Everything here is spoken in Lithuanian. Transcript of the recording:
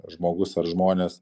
žmogus ar žmonės